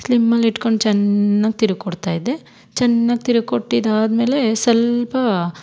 ಸ್ಲಿಮ್ಮಲ್ಲಿಟ್ಕೊಂಡು ಚೆನ್ನಾಗ್ ತಿರುವಿ ಕೊಡ್ತಾಯಿದ್ದೆ ಚೆನ್ನಾಗ್ ತಿರುವಿ ಕೊಟ್ಟಿದಾದಮೇಲೆ ಸಲ್ಪ